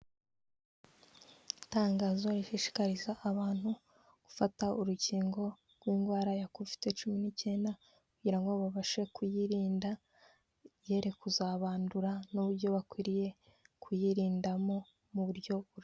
Itangazo rishishikariza abantu gufata urukingo rw'indwara ya Kovide cumi n'icyenda kugira ngo babashe kuyirinda, yere kuzabandura n'uburyo bakwiriye kuyirindamo mu buryo....